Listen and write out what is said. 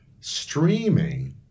streaming